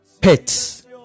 pets